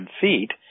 feet